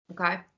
okay